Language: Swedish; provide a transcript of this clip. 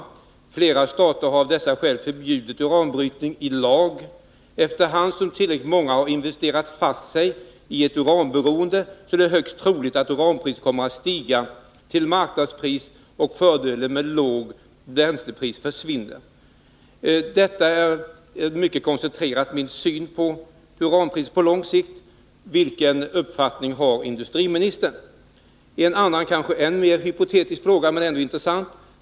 Flera stater har av dessa skäl i lag förbjudit uranbrytning. Efter hand som tillräckligt många har investerat fast sig i ett uranberoende är det högst troligt att uranpriset kommer att stiga till marknadspris, och då försvinner fördelen med det låga bränslepriset. Detta är i koncentrerad form min syn. Vilken uppfattning har industriministern? Sedan vill jag ta upp en annan fråga som kanske är än mer hypotetisk, men som likväl är intressant.